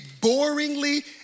boringly